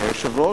אדוני היושב-ראש,